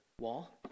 wall